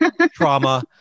trauma